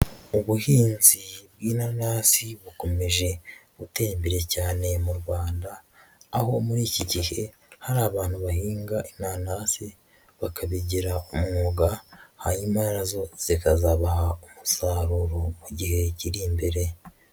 Ubuhinzi bw'inanasi bukomeje gutera imbere cyane mu Rwanda, aho muri iki gihe hari abantu bahinga inanasi bakabigira mwuga, hanyuma na zo zikazabaha umusaruro mu gihe kiri imbere.